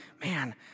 man